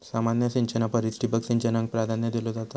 सामान्य सिंचना परिस ठिबक सिंचनाक प्राधान्य दिलो जाता